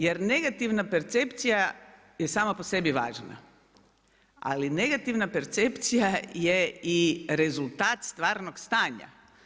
Jer negativna percepcija je sama po sebi važna, ali negativna percepcija je i rezultat stvarnog stanja.